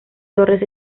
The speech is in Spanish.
torres